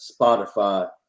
Spotify